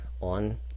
on